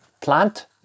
plant